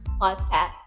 podcast